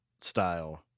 style